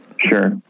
Sure